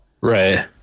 Right